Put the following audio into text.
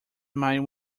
mind